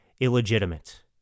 illegitimate